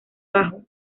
bajo